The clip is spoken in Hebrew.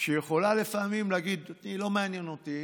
שיכולה לפעמים להגיד: לא מעניין אותי.